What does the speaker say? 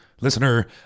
listener